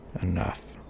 enough